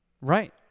right